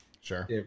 Sure